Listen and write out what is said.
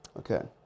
Okay